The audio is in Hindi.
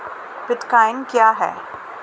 बिटकॉइन क्या है?